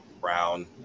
brown